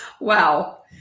Wow